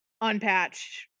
unpatched